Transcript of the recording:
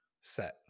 set